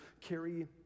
carry